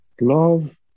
Love